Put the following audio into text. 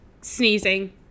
sneezing